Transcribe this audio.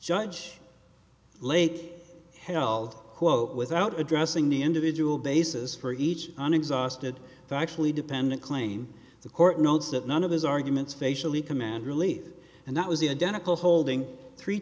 judge lake held quote without addressing the individual basis for each and exhausted the actually dependent claim the court notes that none of his arguments facially command relief and that was the identical holding three